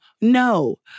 no